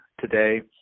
today